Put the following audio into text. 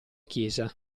chiesa